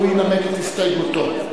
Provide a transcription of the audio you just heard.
והוא ינמק את הסתייגותו.